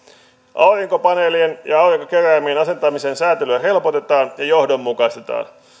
aurinkopaneelien ja aurinkokeräimien asentamisen sääntelyä helpotetaan ja johdonmukaistetaan